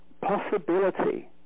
possibility